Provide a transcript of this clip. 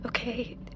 Okay